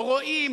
לא רואים,